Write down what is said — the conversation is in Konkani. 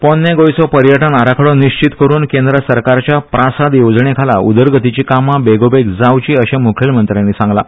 पोन्ने गोंयचो पर्यटन आराखडो निश्चीत करून केंद्र सरकाराच्या प्रासाद येवजणे खाला उदरगतीची कामा बेगोबेग जांवची अशे म्खेलमंत्र्यांनी मांगला